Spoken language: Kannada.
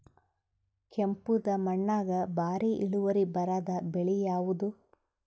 ಕೆಂಪುದ ಮಣ್ಣಾಗ ಭಾರಿ ಇಳುವರಿ ಬರಾದ ಬೆಳಿ ಯಾವುದು?